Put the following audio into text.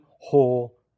whole